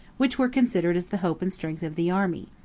which were considered as the hope and strength of the army.